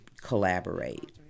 collaborate